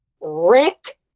Rick